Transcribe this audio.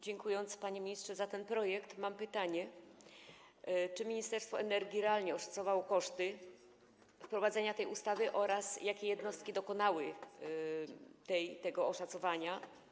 Dziękując, panie ministrze, za ten projekt, zadaję pytanie: Czy Ministerstwo Energii realnie oszacowało koszty wprowadzenia tej ustawy oraz jakie jednostki dokonały tego oszacowania?